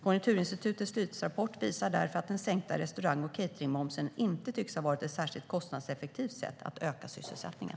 Konjunkturinstitutets slutrapport visar därför att den sänkta restaurang och cateringmomsen inte tycks ha varit ett särskilt kostnadseffektivt sätt att öka sysselsättningen.